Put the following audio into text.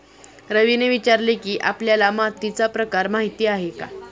रवीने विचारले की, आपल्याला मातीचा प्रकार माहीत आहे का?